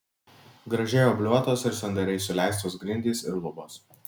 gražiai obliuotos ir sandariai suleistos grindys ir lubos